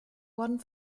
wurden